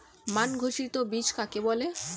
মান ঘোষিত বীজ কাকে বলে?